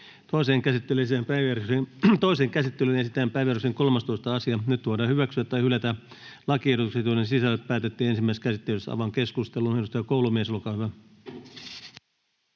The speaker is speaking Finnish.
Toiseen käsittelyyn esitellään päiväjärjestyksen 14. asia. Nyt voidaan hyväksyä tai hylätä lakiehdotus, jonka sisällöstä päätettiin ensimmäisessä käsittelyssä. — Avaan keskustelun. Edustaja Koulumies, olkaa hyvä.